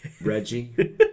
Reggie